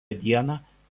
dieną